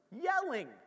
yelling